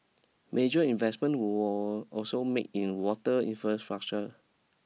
major investment were also made in water infrastructure